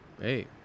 Hey